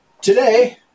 Today